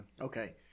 Okay